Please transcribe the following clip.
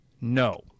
No